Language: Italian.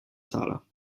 sala